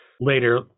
later